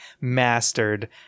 mastered